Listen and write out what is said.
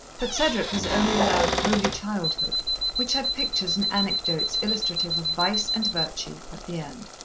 but cedric was only allowed holy childhood which had pictures and anecdotes illustrative of vice and virtue at the end.